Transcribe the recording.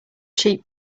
cheap